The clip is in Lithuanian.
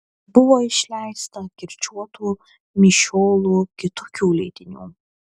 buvo išleista kirčiuotų mišiolų kitokių leidinių